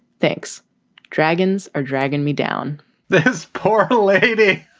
thinks dragons are dragging me down this path, lady